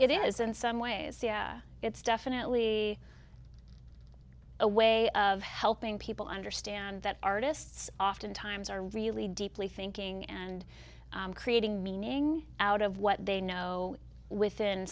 it is in some ways it's definitely a way of helping people understand that artists oftentimes are really deeply thinking and creating meaning out of what they know within